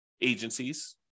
agencies